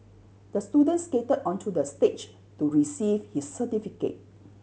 the student skated onto the stage to receive his certificate